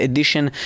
Edition